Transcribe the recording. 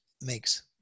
makes